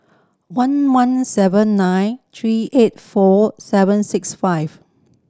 one one seven nine three eight four seven six five